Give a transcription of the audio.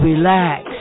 relax